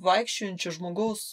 vaikščiojančio žmogaus